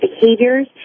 behaviors